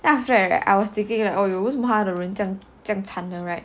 then after that right I was thinking like oh 为什么他这个人这样惨 right